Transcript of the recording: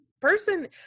person